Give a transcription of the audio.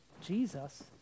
Jesus